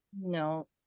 no